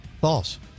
false